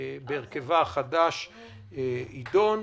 בהרכבה החדש, ידון.